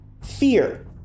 fear